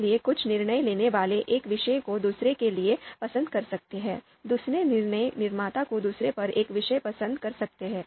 इसलिए कुछ निर्णय लेने वाले एक विषय को दूसरे के लिए पसंद कर सकते हैं दूसरे निर्णय निर्माता को दूसरे पर एक विषय पसंद कर सकते हैं